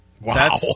Wow